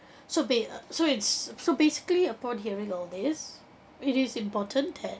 so ba~ uh so it's so basically upon hearing all these it is important that